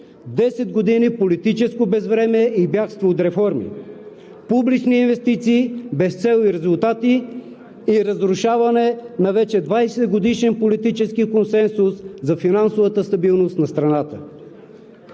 10 години политическо безвремие и бягство от реформи, публични инвестиции – без цел и резултати, и разрушаване на вече 20-годишен политически консенсус за финансовата стабилност на страната.